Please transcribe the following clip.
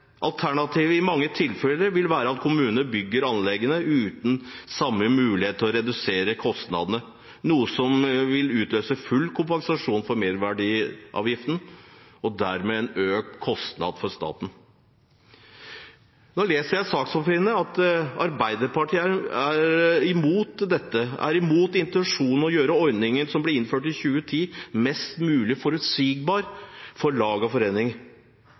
Alternativet vil i mange tilfeller være at kommunene bygger anleggene uten samme mulighet til å redusere kostnadene, noe som vil utløse full kompensasjon for merverdiavgiften og dermed en økt kostnad for staten. Nå leser jeg i sakspapirene at Arbeiderpartiet er imot dette, imot intensjonen om å gjøre ordningen som ble innført i 2010, mest mulig forutsigbar for lag